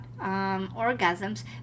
orgasms